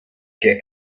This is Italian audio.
che